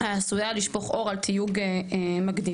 העשויה לשפוך אור על תיוג מקדים.